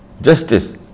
justice